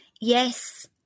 Yes